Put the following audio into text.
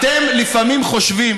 אתם לפעמים חושבים